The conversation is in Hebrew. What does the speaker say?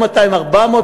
לא 200,000,